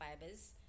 fibers